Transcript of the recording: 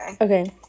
okay